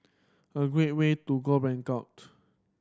a great way to go